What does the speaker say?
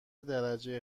درجه